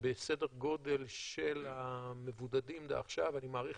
ובסדר גודל של המבודדים דעכשיו אני מעריך